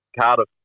Cardiff